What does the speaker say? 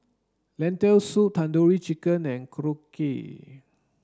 Lentil soup Tandoori Chicken and Korokke